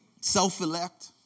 self-elect